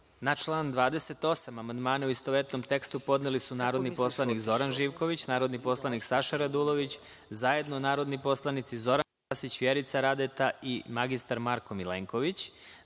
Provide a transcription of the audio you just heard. Na član 28. amandmane, u istovetnom tekstu podneli su narodni poslanik Zoran Živković, narodni poslanik Saša Radulović, zajedno narodni poslanici Zoran Krasić, Vjerica Radeta i Marko Milenković,